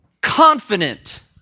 confident